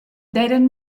d’eiran